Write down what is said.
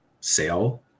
sale